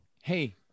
Hey